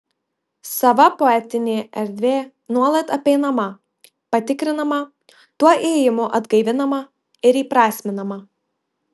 sava poetinė erdvė nuolat apeinama patikrinama tuo ėjimu atgaivinama ir įprasminama